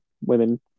women